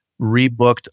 rebooked